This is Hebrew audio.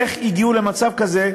איך הגיעו למצב כזה,